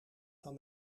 van